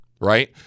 right